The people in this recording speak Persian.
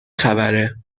خبره